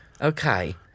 Okay